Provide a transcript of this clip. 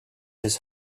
his